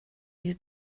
you